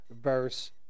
verse